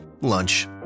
lunch